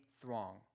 throng